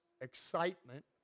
excitement